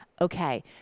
Okay